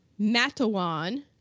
Matawan